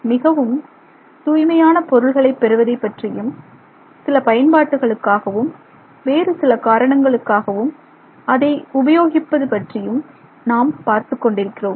மிகவும் தூய்மையான பொருள்களை பெறுவதை பற்றியும் சில பயன்பாட்டுகளுக்காகவும் வேறு சில காரணங்களுக்காகவும் அதை உபயோகிப்பது பற்றியும் நாம் பார்த்துக் கொண்டிருக்கிறோம்